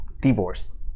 divorce